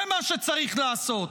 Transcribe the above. זה מה שצריך לעשות?